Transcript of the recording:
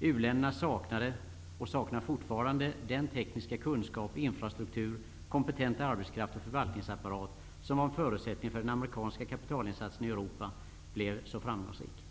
U-länderna saknade, och saknar fortfarande, den tekniska kunskap, infrastruktur, kompetenta arbetskraft och förvaltningsapparat som var en förutsättning för att den amerikanska kapitalinsatsen i Europa blev så framgångsrik.